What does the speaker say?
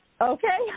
Okay